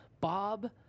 Bob